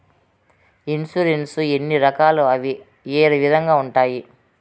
insurance ఎన్ని రకాలు అవి ఏ విధంగా ఉండాయి